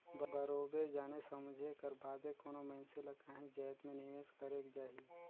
बरोबेर जाने समुझे कर बादे कोनो मइनसे ल काहींच जाएत में निवेस करेक जाही